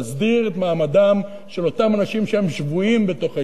להסדיר את מעמדם של אותם אנשים שהם שבויים בתוך ההתנחלויות.